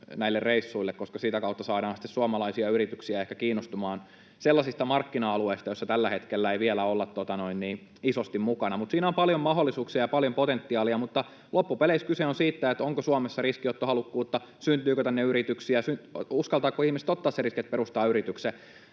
näille reissuille, koska sitä kautta saadaan sitten suomalaisia yrityksiä ehkä kiinnostumaan sellaisista markkina-alueista, joissa tällä hetkellä ei vielä olla isosti mukana. Siinä on paljon mahdollisuuksia ja paljon potentiaalia, mutta loppupeleissä kyse on siitä, onko Suomessa riskinottohalukkuutta, syntyykö tänne yrityksiä, uskaltavatko ihmiset ottaa sen riskin, että perustavat yrityksen.